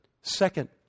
second